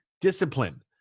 discipline